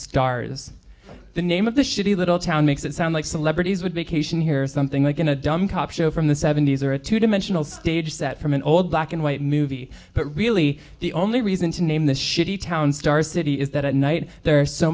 scars the name of the shitty little town makes it sound like celebrities would make ation here or something like in a dumb cop show from the seventy's or a two dimensional stage set from an old black and white movie but really the only reason to name the shitty town star city is that at night there are so